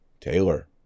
Taylor